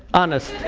honest.